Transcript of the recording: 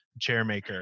Chairmaker